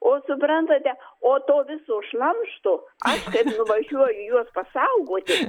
o suprantate o to viso šlamšto aš kaip nuvažiuoju juos pasaugoti